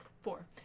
four